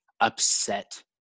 upset